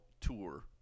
tour